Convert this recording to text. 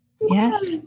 Yes